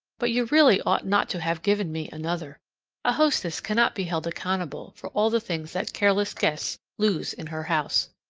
but you really ought not to have given me another a hostess cannot be held accountable for all the things that careless guests lose in her house.